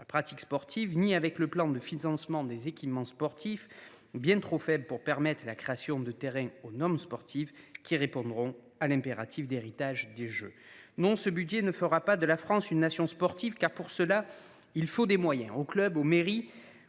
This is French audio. pratique sportive – ni le plan de financement des équipements sportifs, bien trop faible pour permettre la création de terrain aux normes sportives, qui assureront l’héritage des Jeux. Non, ce budget ne fera pas de la France une nation sportive, car pour cela, il faut des moyens : pour les clubs, pour les mairies, afin